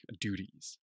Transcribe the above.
duties